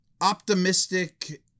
optimistic